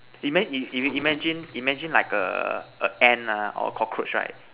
ima~ if you imagine imagine like a Ant ah or a cockroach right